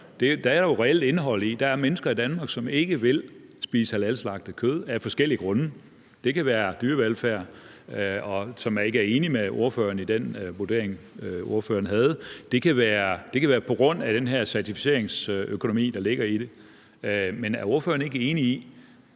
Der er reelt indhold i det. Der er mennesker i Danmark, som ikke vil spise halalslagtet kød af forskellige grunde – det kan være af hensyn til dyrevelfærd – og som ikke er enig med ordføreren i den vurdering, ordføreren havde. Det kan være på grund af den her certificeringsøkonomi, der ligger i det. Men er ordføreren ikke enig i,